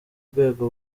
rwego